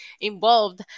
involved